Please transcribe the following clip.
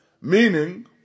Meaning